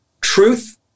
truth